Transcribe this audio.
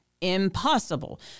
impossible